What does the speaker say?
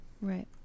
Right